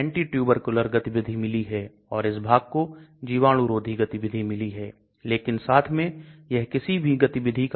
तो किसी भी क्रिस्टलीय सामग्री को यदि आप एक आकार ही सामग्री में परिवर्तित करते हैं तो घुलनशीलता बढ़ जाती है